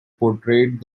portrayed